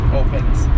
opens